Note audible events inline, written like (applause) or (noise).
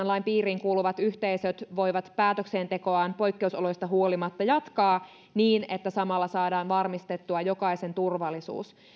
(unintelligible) lain piiriin kuuluvat yhteisöt voivat päätöksentekoaan poikkeusoloista huolimatta jatkaa niin että samalla saadaan varmistettua jokaisen turvallisuus